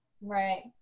Right